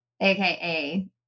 aka